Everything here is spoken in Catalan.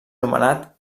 anomenat